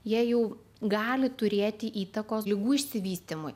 jie jau gali turėti įtakos ligų išsivystymui